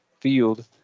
field